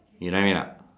you know what I mean or not